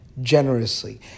generously